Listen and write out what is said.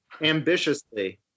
Ambitiously